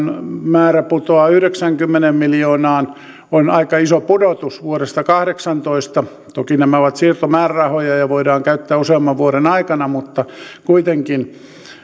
määrä putoaa yhdeksäänkymmeneen miljoonaan mikä on aika iso pudotus vuodesta kahdeksantoista toki nämä ovat siirtomäärärahoja ja voidaan käyttää useamman vuoden aikana mutta kuitenkin